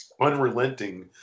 unrelenting